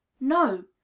no!